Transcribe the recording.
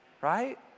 right